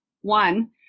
one